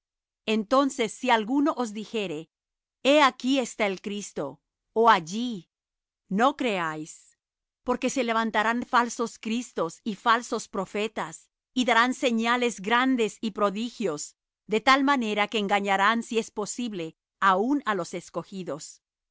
entonces si alguno os dijere he aquí está el cristo ó allí no creáis porque se levantarán falsos cristos y falsos profetas y darán señales grandes y prodigios de tal manera que engañarán si es posible aun á los escogidos